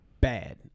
Bad